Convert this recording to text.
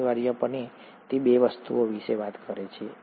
અનિવાર્યપણે તે બે વસ્તુઓ વિશે વાત કરે છે